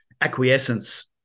acquiescence